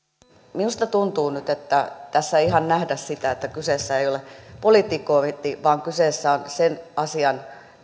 minusta tuntuu nyt että tässä ei ihan nähdä sitä että kyseessä ei ole politikointi vaan kyseessä on sen asian